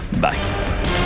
Bye